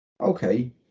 Okay